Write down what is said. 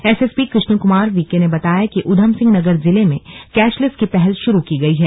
SSP Krishna Kumar VK ने बताया कि उधम सिंह नगर में कैशलेस की पहल शुरू की गई है